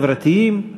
חברתיים,